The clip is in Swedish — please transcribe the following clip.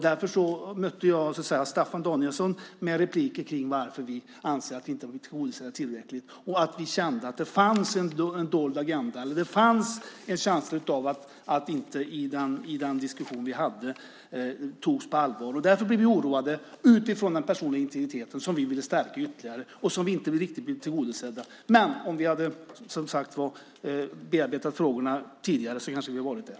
Därför mötte jag Staffan Danielsson med repliker om varför vi anser att vi inte har blivit tillräckligt tillgodosedda. Vi kände att det fanns en dold agenda. Det fanns en känsla av att vi inte togs på allvar i den diskussion vi hade. Det var därför vi blev oroade utifrån frågan om den personliga integriteten som vi ville stärka ytterligare. Där blev vi inte riktigt tillgodosedda. Om vi hade bearbetat frågorna tidigare kanske vi hade varit där.